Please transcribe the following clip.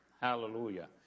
Hallelujah